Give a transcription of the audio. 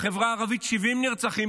בחברה הערבית 70 נרצחים,